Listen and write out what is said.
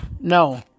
No